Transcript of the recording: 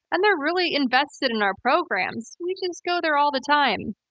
and they're really invested in our programs. we just go there all the time.